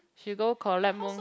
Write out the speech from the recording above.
she go collect moon